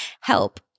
Help